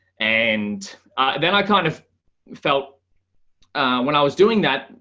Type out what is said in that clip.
and then i kind of felt when i was doing that,